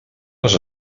les